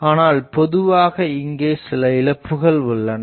ஆனால் பொதுவாக இங்கே சில இழப்புகள் உள்ளன